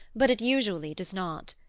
but it usually does not.